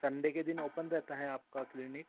Sunday के दिन open रहता है आपका क्लिनिक